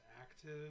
active